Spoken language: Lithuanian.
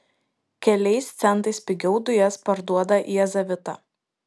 keliais centais pigiau dujas parduoda jazavita